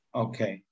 okay